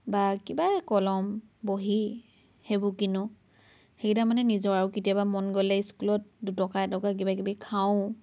বা কিবা এই কলম বহী সেইবোৰ কিনোঁ সেইকেইটা মানে নিজৰ আৰু কেতিয়াবা মন গ'লে স্কুলত দুটকা এটকা কিবা কিবি খাওঁও